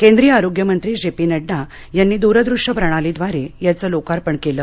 केंद्रीय आरोग्य मंत्री जे पी नङ्डा यांनी दूरदृष्य प्रणालीद्वारे याच लोकार्पण केलं